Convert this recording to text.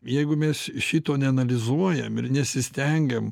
jeigu mes šito neanalizuojam ir nesistengiam